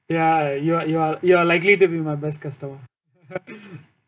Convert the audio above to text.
ya you are you are you are likely to be my best customer